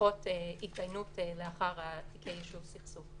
לפחות התדיינות לאחר תיקי יישוב סכסוך.